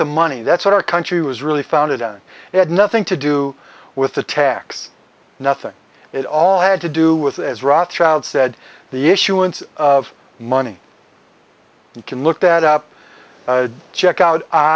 the money that's what our country was really founded on had nothing to do with the tax nothing it all had to do with as rothschild said the issuance of money you can look that up check out o